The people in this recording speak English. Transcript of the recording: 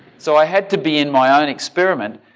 so i had to be in my own experiment.